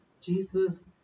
Jesus